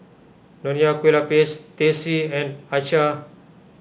Nonya Kueh Lapis Teh C and Acar